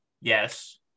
yes